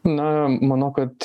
na manau kad